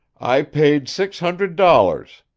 i paid six hundred dollars,